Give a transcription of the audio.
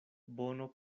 bono